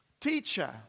teacher